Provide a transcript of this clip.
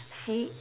see